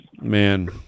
man